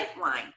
line